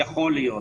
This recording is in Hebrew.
יכול להיות,